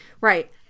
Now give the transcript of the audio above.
Right